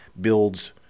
builds